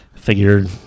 Figured